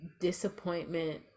disappointment